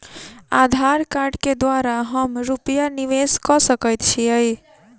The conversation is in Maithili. आधार कार्ड केँ द्वारा हम रूपया निवेश कऽ सकैत छीयै?